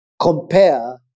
compare